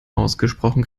ausgesprochen